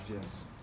yes